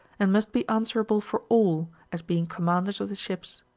and must be answerable for all, as being commanders of the ships.